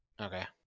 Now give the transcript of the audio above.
Okay